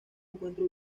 encuentra